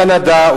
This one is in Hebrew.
קנדה,